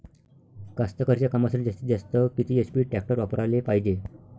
कास्तकारीच्या कामासाठी जास्तीत जास्त किती एच.पी टॅक्टर वापराले पायजे?